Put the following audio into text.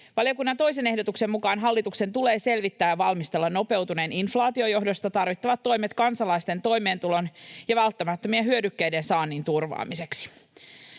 Valiokunnan toisen ehdotuksen mukaan hallituksen tulee selvittää ja valmistella nopeutuneen inflaation johdosta tarvittavat toimet kansalaisten toimeentulon ja välttämättömien hyödykkeiden saannin turvaamiseksi.